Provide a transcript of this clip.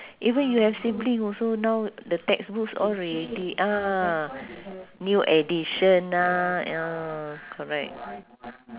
even you have sibling also now the textbooks old already ah new edition ah ya correct